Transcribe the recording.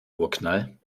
urknall